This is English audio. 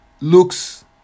looks